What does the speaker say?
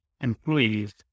employees